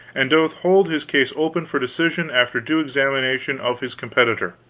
and doth hold his case open for decision after due examination of his competitor.